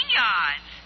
yards